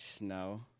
no